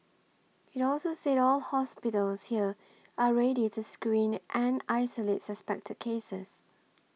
it also said all hospitals here are ready to screen and isolate suspected cases